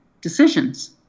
decisions